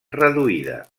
reduïda